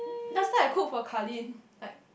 last time I cook for Carlyn like